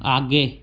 आगे